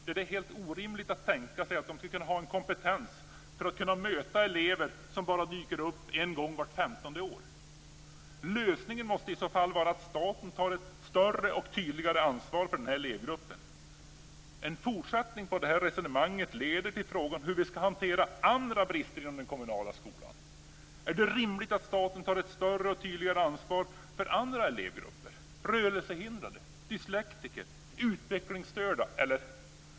Det är orimligt att tänka sig att de skulle ha kompetens för att kunna möta elever som bara dyker upp en gång vart femtonde år. Lösningen måste i det här fallet vara att staten tar ett större och tydligare ansvar för den här elevgruppen. En fortsättning på det resonemanget leder till frågan hur vi ska hantera andra brister inom den kommunala skolan. Är det rimligt att staten tar ett större och tydligare ansvar för andra elevgrupper, t.ex. rörelsehindrade, dyslektiker och utvecklingsstörda?